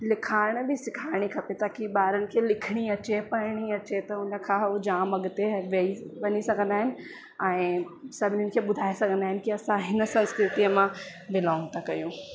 लिखाइण बि सिखाइणी खपे ताकी ॿारनि खे लिखणी अचे पढ़णी अचे त उनखां हू जाम अॻिते वही वञी सघंदा आहिनि ऐं सभनीनि खे ॿुधाए सघंदा आहिनि की असां हिन संस्कृतीअ मां बिलॉंग था कयूं